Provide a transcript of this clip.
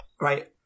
Right